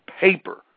paper